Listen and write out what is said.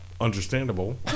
understandable